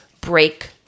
break